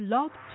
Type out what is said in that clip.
Love